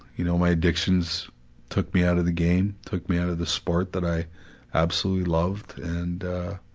you know, my addictions took me out of the game, took me out of the sport that i absolutely loved and ah,